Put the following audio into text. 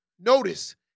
Notice